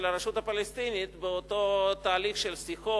הרשות הפלסטינית באותו תהליך של שיחות,